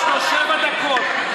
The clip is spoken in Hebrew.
יש לו שבע דקות.